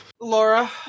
Laura